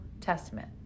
Testament